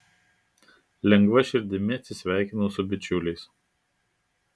lengva širdimi atsisveikinau su bičiuliais